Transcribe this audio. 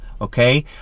Okay